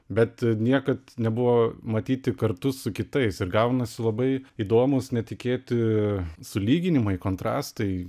bet niekad nebuvo matyti kartu su kitais ir gaunasi labai įdomūs netikėti sulyginimai kontrastai